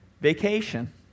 vacation